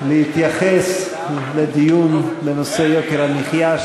להתייחס לדיון בנושא יוקר המחיה,